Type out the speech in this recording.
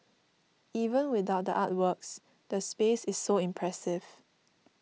even without the artworks the space is so impressive